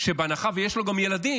שבהנחה ויש לו גם ילדים,